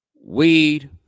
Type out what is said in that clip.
Weed